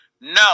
No